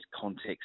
context